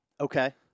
Okay